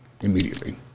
immediately